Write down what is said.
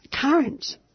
current